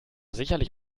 sicherlich